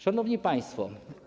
Szanowni Państwo!